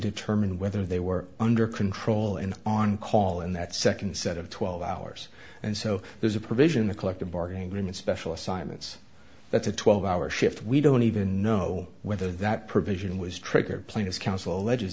determine whether they were under control and on call in that second set of twelve hours and so there's a provision in the collective bargaining agreement special assignments that's a twelve hour shift we don't even know whether that provision was triggered plaintiff's counsel alleges